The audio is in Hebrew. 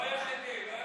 לא היחידי, לא היחידי.